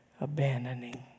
abandoning